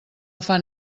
fan